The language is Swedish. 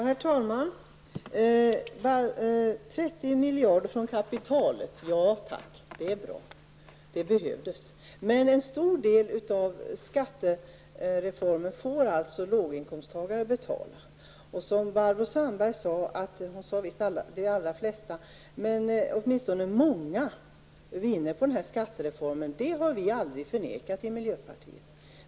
Herr talman! 30 miljarder från kapitalet -- ja tack, det är bra och det behövdes. Men en stor del av skattereformen får alltså låginkomsttagarna betala. Barbro Sandberg sade visst att ''de allra flesta'' vinner på den här skattereformen. Att åtminstone många vinner på den har vi aldrig förnekat i miljöpartiet.